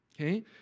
Okay